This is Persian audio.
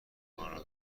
آنرا